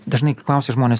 dažnai klausia žmonės